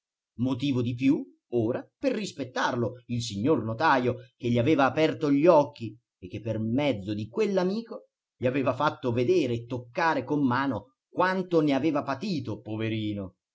motivo di più ora per rispettarlo il signor notajo che gli aveva aperto gli occhi e che per mezzo di quell'amico gli aveva fatto vedere e toccare con mano quanto ne aveva patito poverino